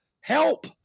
help